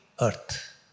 earth